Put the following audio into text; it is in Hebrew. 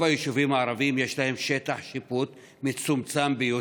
היישובים הערביים יש שטח שיפוט מצומצם ביותר.